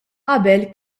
qabel